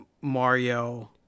Mario